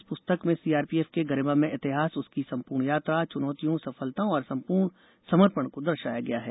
इस पुस्तक में सीआरपीएफ के गरिमामय इतिहास उसकी सम्पूर्ण यात्रा चुनौतिओं सफलताओं और समर्पण को दर्शाया गया है